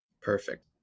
Perfect